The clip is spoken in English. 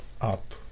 up